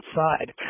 outside